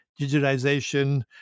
digitization